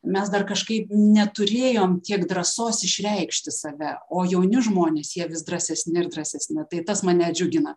mes dar kažkaip neturėjom tiek drąsos išreikšti save o jauni žmonės jie vis drąsesni ir drąsesni tai tas mane džiugina